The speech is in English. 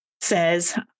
says